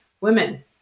women